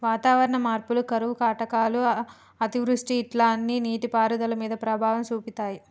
వాతావరణ మార్పులు కరువు కాటకాలు అతివృష్టి ఇట్లా అన్ని నీటి పారుదల మీద ప్రభావం చూపితాయ్